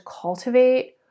cultivate